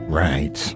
right